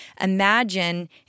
imagine